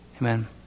Amen